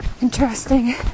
interesting